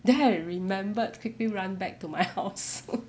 then I remembered quickly run back to my house